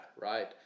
right